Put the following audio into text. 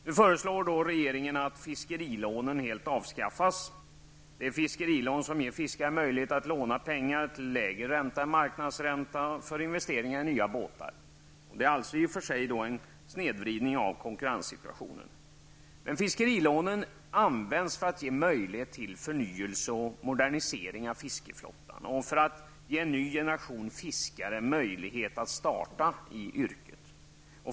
Regeringen föreslår nu att fiskerilånen helt avskaffas. Dessa fiskerilån ger fiskaren möjlighet att låna pengar för investeringar i nya båtar till lägre ränta än marknadsräntan. Dessa lån innebär alltså i och för sig en snedvridning av konkurrenssituationen. Men fiskerlånen används för att ge möjlighet till förnyelse och modernisering av fiskeflottan och för att ge en ny generation fiskare möjlighet att starta i yrket.